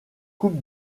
coupe